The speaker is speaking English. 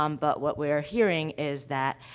um but what we are hearing is that,